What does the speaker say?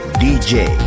DJ